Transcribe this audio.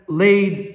laid